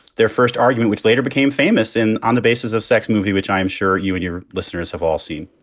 their first argument, which later became famous and on the basis of sex movie, which i'm sure you and your listeners have all seen,